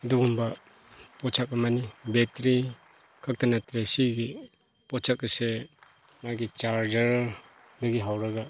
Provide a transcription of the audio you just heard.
ꯑꯗꯨꯒꯨꯝꯕ ꯄꯣꯠꯁꯛ ꯑꯃꯅꯤ ꯕꯦꯠꯇ꯭ꯔꯤ ꯈꯛꯇ ꯅꯠꯇꯦ ꯁꯤꯒꯤ ꯄꯣꯠꯁꯛ ꯑꯁꯦ ꯃꯥꯒꯤ ꯆꯥꯔꯖꯔꯗꯒꯤ ꯍꯧꯔꯒ